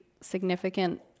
significant